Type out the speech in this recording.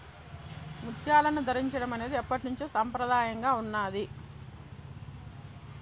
ముత్యాలను ధరించడం అనేది ఎప్పట్నుంచో సంప్రదాయంగా ఉన్నాది